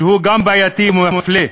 שגם הוא בעייתי ומפלה.